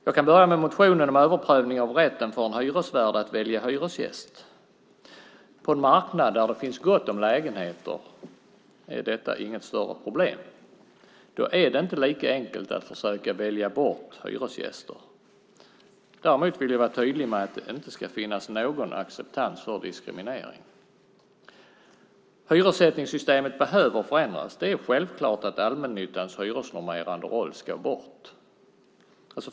Jag kan börja med motionen om överprövning av rätten för en hyresvärd att välja hyresgäst. På en marknad där det finns gott om lägenheter är detta inte något större problem. Då är det inte lika enkelt att försöka välja bort hyresgäster. Däremot vill jag vara tydlig med att det inte ska finnas någon acceptans för diskriminering. Hyressättningssystemet behöver förändras. Det är självklart att allmännyttans hyresnormerande roll ska bort.